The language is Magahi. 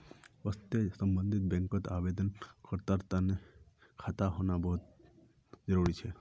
वशर्ते सम्बन्धित बैंकत आवेदनकर्तार खाता होना बहु त जरूरी छेक